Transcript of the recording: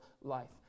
life